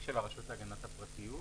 של הרשות להגנת הפרטיות?